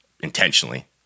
intentionally